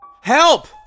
Help